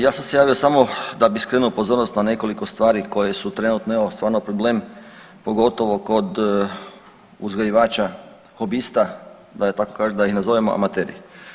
Ja sam se javio samo da bih skrenuo pozornost na nekoliko stvari koje su trenutno evo stvarno problem pogotovo kod uzgajivača hobista, da tako kažem, da ih nazovem amateri.